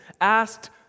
asked